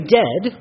dead